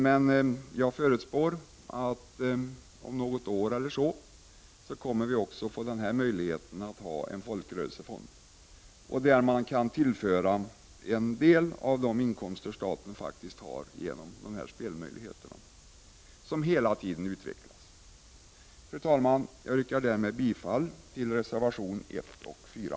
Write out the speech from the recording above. Men jag förutspår att vi om något år eller så också kommer att få en folkrörelsefond, som man kan tillföra en del av de inkomster som staten har genom de spelmöjligheter som finns och som hela tiden utvecklas. Fru talman! Jag yrkar härmed bifall till reservationerna 1 och 4.